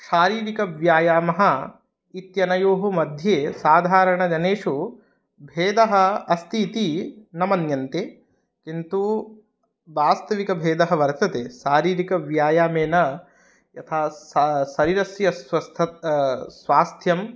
शारीरिकव्यायामः इत्यनयोः मध्ये साधारणजनेषु भेदः अस्ति इति न मन्यन्ते किन्तु वास्तविकभेदः वर्तते शारीरिकव्यायामेन यथा स शरीरस्य स्वस्थ स्वास्थ्यं